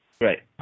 Right